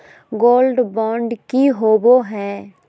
Gold bond की होबो है?